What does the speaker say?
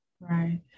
Right